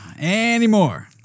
anymore